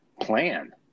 plan